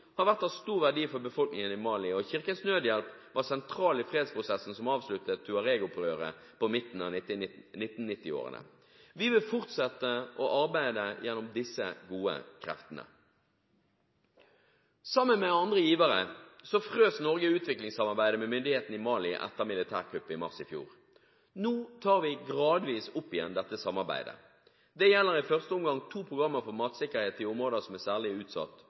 har vært av stor verdi for befolkningen i Mali. Kirkens Nødhjelp var sentral i fredsprosessen som avsluttet «tuaregopprøret» i midten av 1990-årene. Vi vil fortsette å arbeide gjennom disse gode kreftene. Sammen med andre givere frøs Norge utviklingssamarbeidet med myndighetene i Mali etter militærkuppet i mars i fjor. Nå tar vi gradvis opp igjen dette samarbeidet. Det gjelder i første omgang to programmer for matsikkerhet i områder som er særlig utsatt